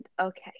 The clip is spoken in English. Okay